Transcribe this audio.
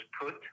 put